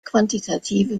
quantitative